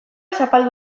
zapaldu